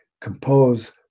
compose